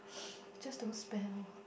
just don't spend orh